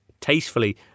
tastefully